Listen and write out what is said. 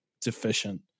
Deficient